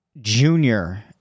Junior